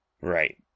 right